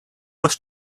was